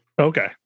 Okay